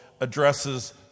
addresses